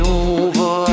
over